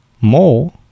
more